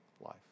life